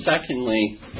secondly